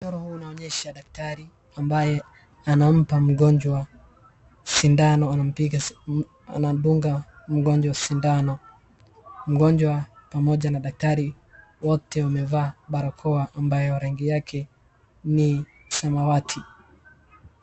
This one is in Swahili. Mchoro huu unaonyesha daktari ambaye anampa mgonjwa sindano, anampiga, anamdunga mgonjwa sindano. Mgonjwa pamoja na daktari wote wamevaa barakoa ambayo rangi yake ni samawati.